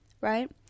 right